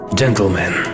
Gentlemen